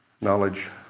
Knowledge